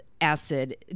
Acid